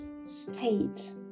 state